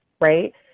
right